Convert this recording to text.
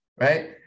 right